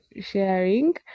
sharing